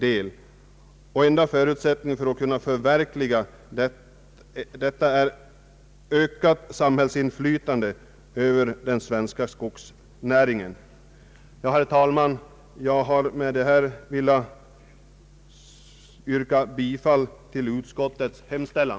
Den enda förutsättningen för att man skall kunna förverkliga vad jag här talat om är ökat samhällsinflytande över den svenska skogsnäringen. Herr talman! Jag vill med detta yrka bifall till utskottets hemställan.